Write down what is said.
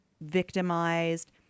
victimized